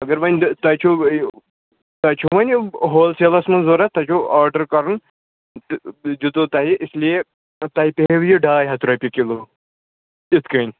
اگر وۄنۍ تۄہہِ چھو تۄہہِ چھو وۄنۍ ہول سیلَس منٛز ضوٚرَتھ تۄہہِ چھُو آڈَر کَرُن تہٕ دِیُتوُ تۄہہِ اسلیے تۄہہِ پیٚیَو یہِ ڈاے ہَتھ رۄپیہِ کِلوٗ یِتھ کَنۍ